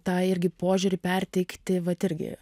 tą irgi požiūrį perteikti vat irgi